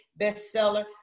bestseller